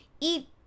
eat